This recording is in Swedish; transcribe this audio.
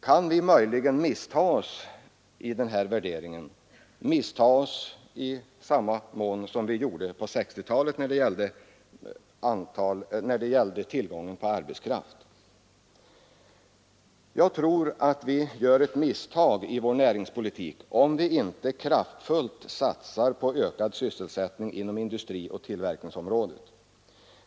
Kan vi möjligen missta oss i denna värdering liksom vi gjorde under 1960-talet när det gällde tillgången på arbetskraft? Jag tror att vi gör ett misstag i vår näringspolitik, om vi inte kraftfullt satsar på ökad sysselsättning också inom industrioch tillverkningsområdet.